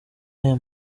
aya